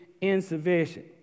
insufficient